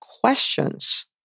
questions